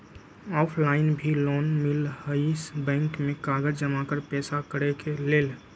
Offline भी loan मिलहई bank में कागज जमाकर पेशा करेके लेल?